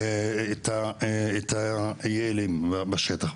את היעלים בשטח,